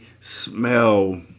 smell